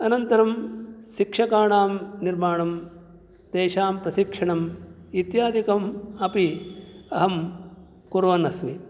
अनन्तरं शिक्षकाणां निर्माणं तेषां प्रशिक्षणम् इत्यादिकम् अपि अहं कुर्वन्नस्मि